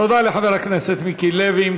תודה לחבר הכנסת מיקי לוי.